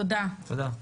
תודה,